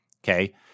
Okay